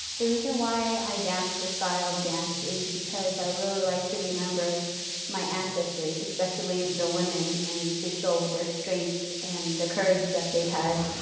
the reason why i dance this style of dance is because i really like to remember my ancestors, especially the women, and to show their strength and the courage that they had.